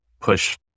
push